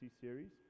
Series